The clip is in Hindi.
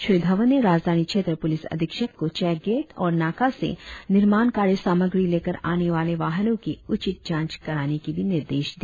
श्री धवन ने राजधानी क्षेत्र पुलिस अधीक्षक को चेक गेट और नाका से निर्माण कार्य सामग्री लेकर आने वाले वाहनों की उचित जांच कराने का भी निर्देश दिया